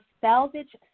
salvage